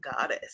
Goddess